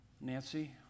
Nancy